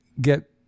get